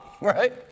right